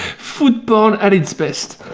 food porn at its best.